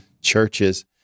churches